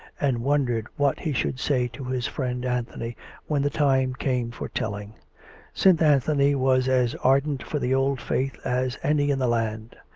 and wondered what he should say to his friend anthony when the time came for telling since anthony was as ardent for the old faith as any in the land.